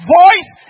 voice